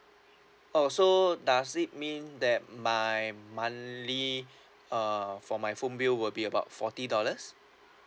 oh so does it mean that my monthly uh for my phone bill will be about forty dollars